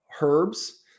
herbs